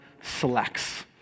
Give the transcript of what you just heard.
selects